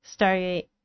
Stargate